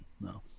No